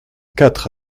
quatre